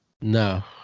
No